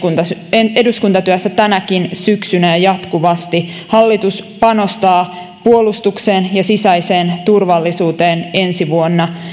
eduskuntatyössä tänäkin syksynä ja jatkuvasti hallitus panostaa puolustukseen ja sisäiseen turvallisuuteen ensi vuonna